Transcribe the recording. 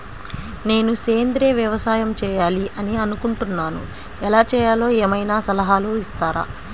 నేను సేంద్రియ వ్యవసాయం చేయాలి అని అనుకుంటున్నాను, ఎలా చేయాలో ఏమయినా సలహాలు ఇస్తారా?